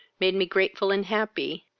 made me grateful and happy,